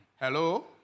hello